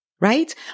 right